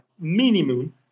minimum